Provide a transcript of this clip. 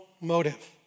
motive